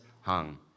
hung